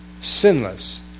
sinless